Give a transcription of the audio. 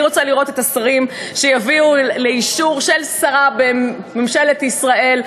אני רוצה לראות את השרים שיביאו לאישור של שרה בממשלת ישראל,